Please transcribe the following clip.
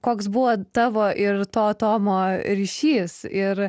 koks buvo tavo ir to tomo ryšys ir